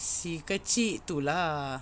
si kecil tu lah